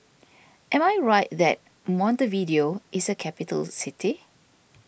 am I right that Montevideo is a capital city